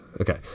Okay